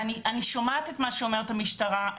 ואני שומעת את מה שאומרת המשטרה,